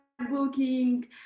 Booking